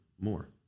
more